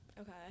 Okay